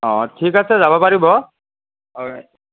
অঁ ঠিক আছে যাব পাৰিব হয়